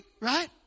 right